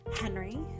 henry